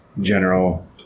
general